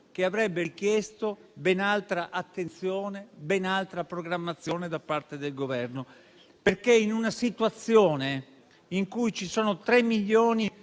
che avrebbe richiesto ben altra attenzione e programmazione da parte del Governo. Infatti, in una situazione in cui ci sono 3 milioni